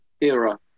era